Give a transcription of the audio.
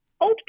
old